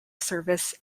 service